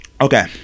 Okay